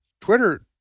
Twitter